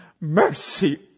mercy